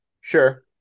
Sure